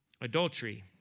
adultery